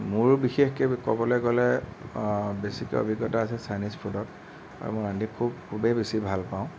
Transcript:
মোৰ বিশেষকৈ ক'বলৈ গ'লে বেছিকৈ অভিজ্ঞতা আছে চাইনিচ ফুডত আৰু ৰান্ধি খুব খুবেই বেছি ভালপাওঁ